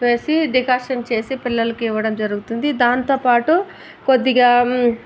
వేసి డికాషన్ చేసి పిల్లలకు ఇవ్వడం జరుగుతుంది దానితో పాటు కొద్దిగా